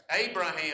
Abraham